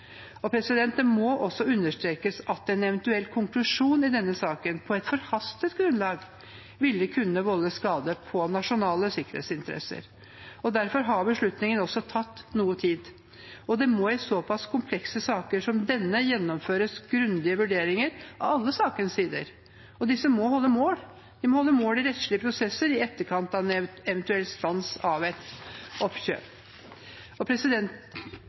Det må også understrekes at en eventuell konklusjon i denne saken på et forhastet grunnlag ville kunne volde skade på nasjonale sikkerhetsinteresser. Derfor har beslutningen tatt noe tid. Det må i såpass komplekse saker som denne gjennomføres grundige vurderinger av alle sakens sider. Disse må holde mål. De må holde mål i rettslige prosesser i etterkant av en eventuell stans av et oppkjøp. Regjeringen har tydelig signalisert at det kan tas lærdom av og